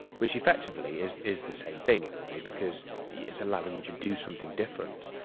which effectively is is the same thing, in a way, because it's allowing you to do something different.